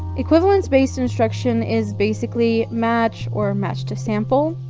equivalence-based instruction is basically match or match to sample.